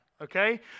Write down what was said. okay